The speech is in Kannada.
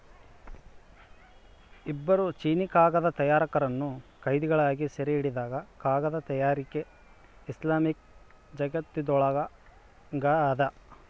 ಇಬ್ಬರು ಚೀನೀಕಾಗದ ತಯಾರಕರನ್ನು ಕೈದಿಗಳಾಗಿ ಸೆರೆಹಿಡಿದಾಗ ಕಾಗದ ತಯಾರಿಕೆ ಇಸ್ಲಾಮಿಕ್ ಜಗತ್ತಿಗೊತ್ತಾಗ್ಯದ